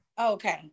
Okay